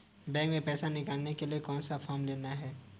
Bank में पैसा निकालने के लिए कौन सा फॉर्म लेना है?